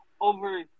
over